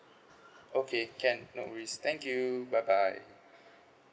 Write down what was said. okay can no worries thank you bye bye